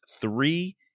three